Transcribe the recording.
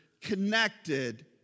connected